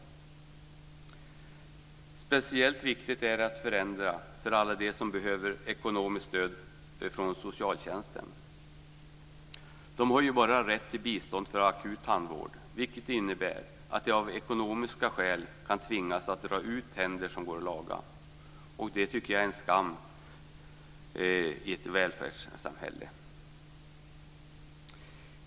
Det är speciellt viktigt att förändra för alla de som behöver ekonomiskt stöd från socialtjänsten. De har bara rätt till bistånd för akut tandvård. Det kan innebära att de av ekonomiska skäl kan tvingas att dra ut tänder som går att laga. Det tycker jag är en skam i ett välfärdssamhälle.